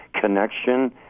connection